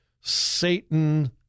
Satan